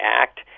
act